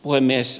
puhemies